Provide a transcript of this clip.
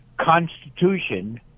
Constitution